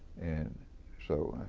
and so